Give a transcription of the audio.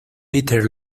peter